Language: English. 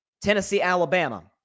Tennessee-Alabama